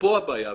פה הבעיה.